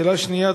שאלה שנייה,